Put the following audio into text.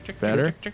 better